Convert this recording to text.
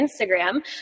Instagram